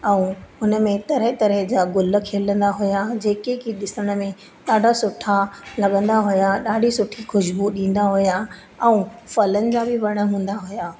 ऐं उन में तरह तरह जा गुल खिलंदा हुआ जेके की ॾिसण में ॾाढा सुठा लॻंदा हुया ॾाढी सुठी ख़ुशबू ॾींदा हुया ऐं फलनि जा बि वण हूंदा हुया